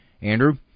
Andrew